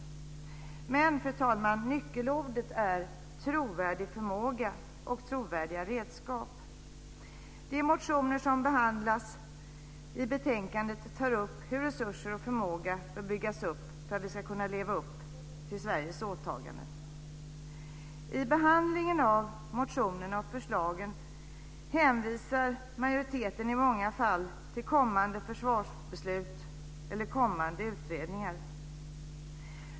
Men, fru talman, nyckelorden är trovärdig förmåga och trovärdiga redskap. I de motioner som behandlas i betänkandet tas upp hur resurser och förmåga bör byggas upp för att vi ska kunna leva upp till Sveriges åtaganden. I behandlingen av motionerna och förslagen hänvisar majoriteten i många fall till kommande försvarsbeslut eller kommande utredningar.